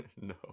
No